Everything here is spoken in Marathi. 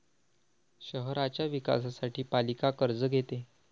शहराच्या विकासासाठी पालिका कर्ज घेते